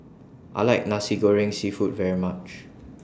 I like Nasi Goreng Seafood very much